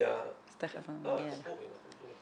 אז תיכף -- כן,